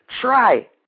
try